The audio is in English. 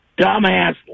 dumbass